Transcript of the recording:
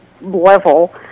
level